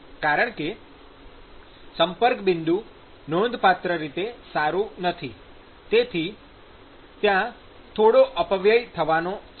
કારણ કે સંપર્ક બિંદુ નોંધપાત્ર રીતે સારુ નથી તેથી ત્યે થોડો અપવ્યય થવાનો છે